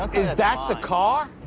is that the car?